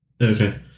Okay